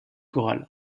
corral